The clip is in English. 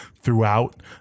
throughout